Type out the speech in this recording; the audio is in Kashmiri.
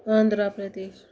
آندرا پردیش